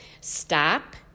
stop